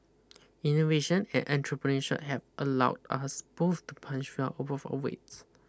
innovation and entrepreneurship have allowed us both to punch well above our weight